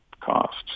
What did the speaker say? costs